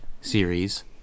series